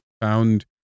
found